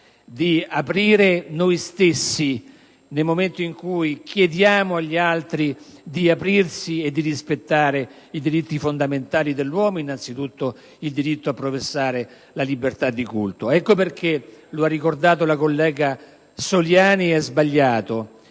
di aprire noi stessi, nel momento in cui chiediamo agli altri di aprirsi e di rispettare i diritti fondamentali dell'uomo, innanzi tutto il diritto a professare la libertà di culto. Ecco perché, come ha ricordato la collega Soliani, è sbagliato